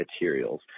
materials